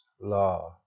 law